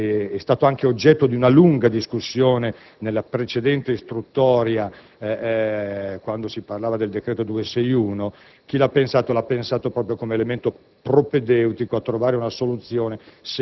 ma è stato pensato (è stato anche oggetto di una lunga discussione nella precedente istruttoria, quando si parlava del decreto-legge n. 261 del 2006) proprio come elemento